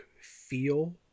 feel